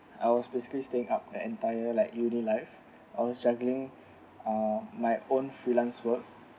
I was basically staying up the entire like uni life I was juggling uh my own freelance work